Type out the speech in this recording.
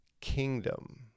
kingdom